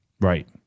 Right